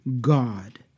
God